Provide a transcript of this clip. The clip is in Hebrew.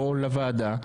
או לוועדה,